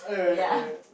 ya